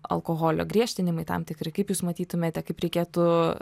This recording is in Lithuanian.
alkoholio griežtinimai tam tikri kaip jūs matytumėte kaip reikėtų